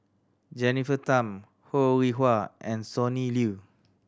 Jennifer Tham Ho Rih Hwa and Sonny Liew